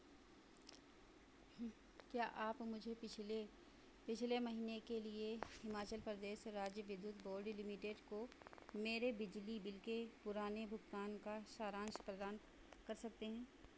क्या आप मुझे पिछले पिछले महीने के लिए हिमाचलप्रदेश राज्य विद्युत बोर्ड लिमिटेड को मेरे बिजली बिल के पुराने भुगतान का सारांश प्रदान कर सकते हैं